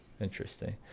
Interesting